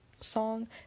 song